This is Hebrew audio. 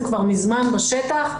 זה כבר מזמן בשטח,